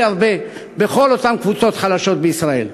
הרבה בכל אותן קבוצות חלשות בישראל.